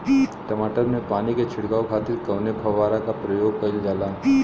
टमाटर में पानी के छिड़काव खातिर कवने फव्वारा का प्रयोग कईल जाला?